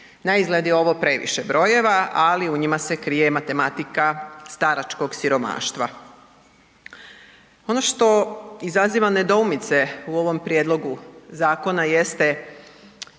Na izgled je ovo previše brojeva, ali u njima se krije matematika staračkog siromaštva. Ono što izaziva nedoumice u ovom prijedlogu zakona jeste,